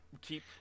keep